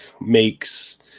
makes